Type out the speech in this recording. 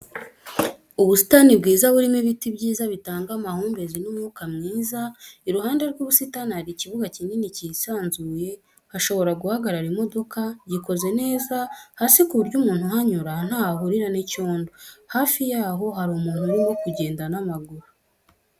Ubusitani bwiza burimo ibiti byiza bitanga amahumbezi n'umwuka mwiza, iruhande rw'ubusitani hari ikibuga kinini cyisanzuye hashobora guhagarara imodoka, gikoze neza hasi ku buryo umuntu uhanyura ntaho ahurira n'icyondo. hafi yaho hari umuntu urimo kugenda n'amaguru.